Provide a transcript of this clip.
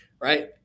right